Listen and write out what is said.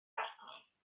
arglwydd